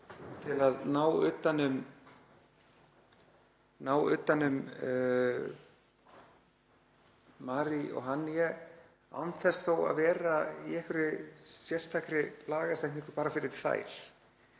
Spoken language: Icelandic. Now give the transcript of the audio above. til að ná utan um Mary og Haniye án þess þó að vera í einhverri sérstakri lagasetningu bara fyrir þær,